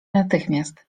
natychmiast